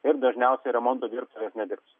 ir dažniausiai remonto dirbtuvės nedirbs